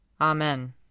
Amen